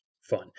fun